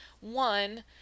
one